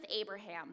Abraham